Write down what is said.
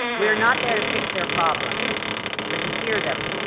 we're not there to fix their problems but to hear them,